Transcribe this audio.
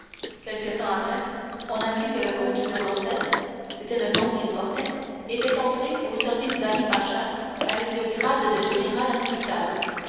quelque temps après on apprit que le comte de morcerf c'était le nom qu'il portait était entré au service d'ali-pacha avec le grade de général instructeur